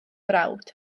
brawd